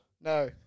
No